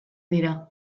dira